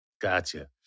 Gotcha